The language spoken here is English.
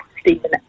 Stephen